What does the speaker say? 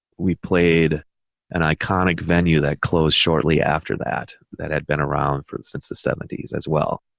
we played an iconic venue that closed shortly after that, that had been around for since the seventy s as well.